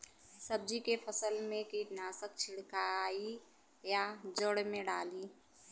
सब्जी के फसल मे कीटनाशक छिड़काई या जड़ मे डाली?